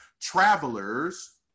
Travelers